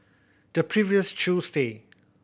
the previous Tuesday